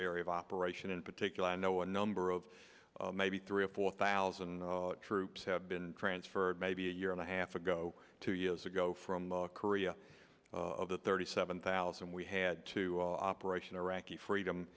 area of operation in particular i know a number of maybe three or four thousand troops have been transferred maybe a year and a half ago two years ago from korea of the thirty seven thousand we had to operation iraqi freedom